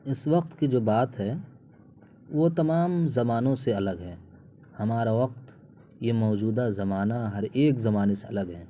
اس وقت کی جو بات ہے وہ تمام زمانوں سے الگ ہے ہمارا وقت یہ موجودہ زمانہ ہر ایک زمانے سے الگ ہے